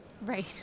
Right